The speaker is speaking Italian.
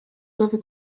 dove